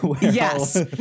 yes